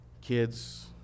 kids